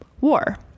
war